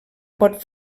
pot